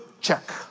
Check